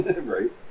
right